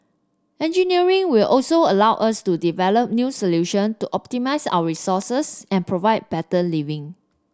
engineering will also allow us to develop new solution to optimise our resources and provide better living